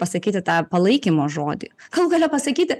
pasakyti tą palaikymo žodį galų gale pasakyti